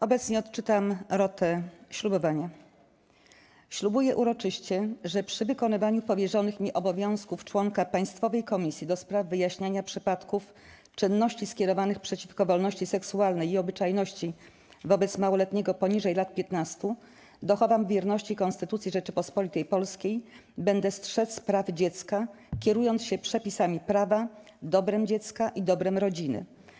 Obecnie odczytam rotę ślubowania: „Ślubuję uroczyście, że przy wykonywaniu powierzonych mi obowiązków członka Państwowej Komisji do spraw wyjaśniania przypadków czynności skierowanych przeciwko wolności seksualnej i obyczajności wobec małoletniego poniżej lat 15 dochowam wierności Konstytucji Rzeczypospolitej Polskiej, będę strzec praw dziecka, kierując się przepisami prawa, dobrem dziecka i dobrem rodziny.